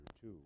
two